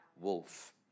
wolf